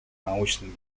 научным